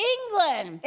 England